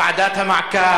ועדת המעקב,